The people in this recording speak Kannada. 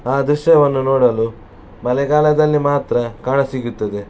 ಆ ದೃಶ್ಯವನ್ನು ನೋಡಲು ಮಳೆಗಾಲದಲ್ಲಿ ಮಾತ್ರ ಕಾಣಸಿಗುತ್ತದೆ